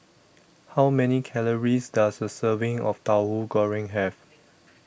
How Many Calories Does A Serving of Tauhu Goreng Have